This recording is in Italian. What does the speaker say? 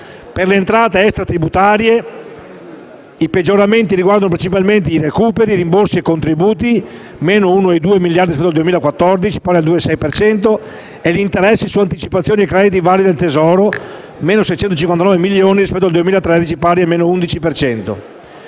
Per le entrate extratributarie, i peggioramenti riguardano principalmente i recuperi, rimborsi e contributi (-1,2 miliardi rispetto al 2014, pari al -2,6 per cento) e gli interessi su anticipazioni e crediti vari del Tesoro (-659 milioni rispetto al 2013, pari al -11